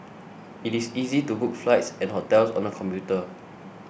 it is easy to book flights and hotels on the computer